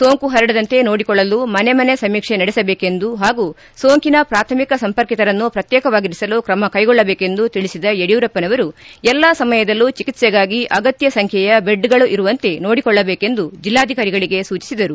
ಸೋಂಕು ಪರಡದಂತೆ ಸೋಡಿಕೊಳ್ಳಲು ಮನೆ ಮನೆ ಸಮೀಕ್ಷೆ ನಡೆಸಬೇಕೆಂದು ಹಾಗೂ ಸೋಂಕಿನ ಪ್ರಾಥಮಿಕ ಸಂಪರ್ಕಿತರನ್ನು ಪ್ರತ್ಯೇಕವಾಗಿರಿಸಲು ಕೈಗೊಳ್ಳಬೇಕೆಂದು ತಿಳಿಸಿದ ಯಡಿಯೂರಪ್ಪನವರು ಎಲ್ಲಾ ಸಮಯದಲ್ಲೂ ಚಿಕಿತ್ಸೆಗಾಗಿ ಅಗತ್ತ ಸಂಖ್ಯೆಯ ಬೆಡ್ಗಳು ಇರುವಂತೆ ನೋಡಿಕೊಳ್ಳಬೇಕೆಂದು ಬೆಲ್ಲಾಧಿಕಾರಿಗಳಿಗೆ ಸೂಚಿಸಿದರು